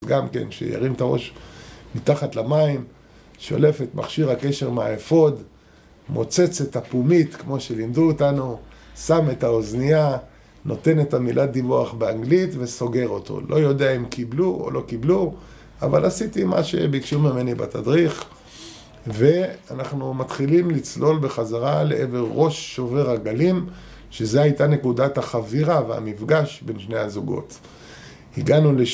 גם כן, שירים את הראש מתחת למים, שולף את מכשיר הקשר מהאפוד, מוצץ את הפומית כמו שלימדו אותנו, שם את האוזנייה, נותן את המילה דיווח באנגלית וסוגר אותו לא יודע אם קיבלו או לא קיבלו, אבל עשיתי מה שביקשו ממני בתדריך ואנחנו מתחילים לצלול בחזרה לעבר ראש שובר הגלים, שזה הייתה נקודת החבירה והמפגש בין שני הזוגות. הגענו ל..